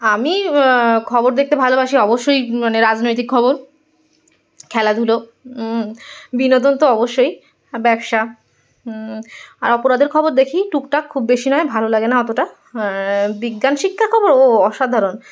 আমি খবর দেখতে ভালোবাসি অবশ্যই মানে রাজনৈতিক খবর খেলাধুলো বিনোদন তো অবশ্যই ব্যবসা আর অপরাধের খবর দেখি টুকটাক খুব বেশি নয় ভালো লাগে না অতটা বিজ্ঞান শিক্ষার খবর ও অসাধারণ